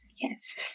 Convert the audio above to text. Yes